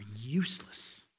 useless